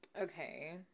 Okay